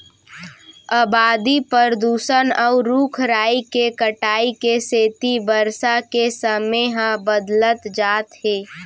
अबादी, परदूसन, अउ रूख राई के कटाई के सेती बरसा के समे ह बदलत जात हे